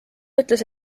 ütles